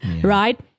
right